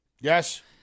Yes